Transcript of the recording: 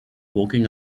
walking